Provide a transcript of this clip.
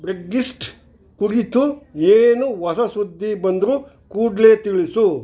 Brexit ಕುರಿತು ಏನು ಹೊಸ ಸುದ್ದಿ ಬಂದರೂ ಕೂಡಲೇ ತಿಳಿಸು